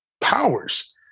powers